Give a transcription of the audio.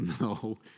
No